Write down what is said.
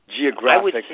geographic